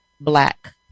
black